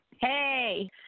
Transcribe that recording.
Hey